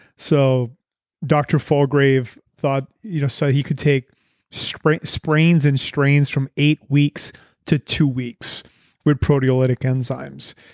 so doctor forgrave thought you know so he could take sprains sprains and strains from eight weeks to two weeks with proteolytic enzymes.